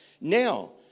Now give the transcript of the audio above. Now